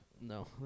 No